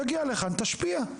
תגיע לכאן, תשפיע.